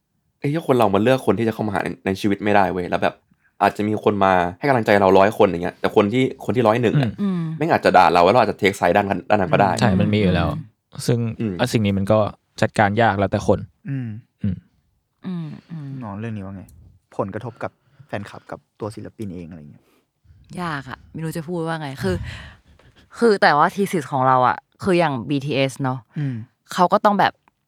เอ้ย ถ้าคนเรามาเลือกคนที่จะเข้ามาหาใน- ในชีวิตไม่ได้เว้ย แล้วแบบอาจจะมีคนมาให้กำลังใจเรา 100 คนอย่างเงี้ย แต่คนที่- คนที่ 101 อะอืมแม่งอาจจะด่าเรา แล้วเราอาจจะ take side ด้านนั้น- ด้านนั้นก็ได้ใช่ มันมีอยู่แล้วอืมซึ่งอืมอ่ะสิ่งนี้มันก็จัดการยากแล้วแต่คนอืมอืมอืม อืมน้อง เรื่องนี้ว่าไง? ผลกระทบกับแฟนคลับกับตัวศิลปินเองอะไรเงี้ยยากอะ ไม่รู้จะพูดว่าไง คือ- คือแต่ว่า thesis ของเราอะ คืออย่าง BTS เนอะอืมเขาก็ต้องแบบ